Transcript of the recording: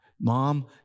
Mom